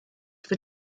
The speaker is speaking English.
for